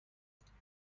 بیانتها